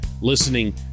listening